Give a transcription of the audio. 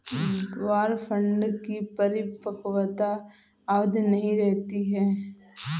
war bond की परिपक्वता अवधि नहीं रहती है